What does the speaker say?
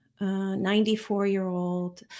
94-year-old